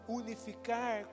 unificar